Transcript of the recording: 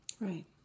Right